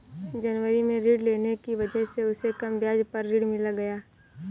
जनवरी में ऋण लेने की वजह से उसे कम ब्याज पर ऋण मिल गया